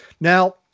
Now